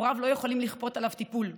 הוריו לא יכולים לכפות עליו טיפול.